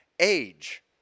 age